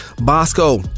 Bosco